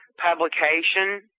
publication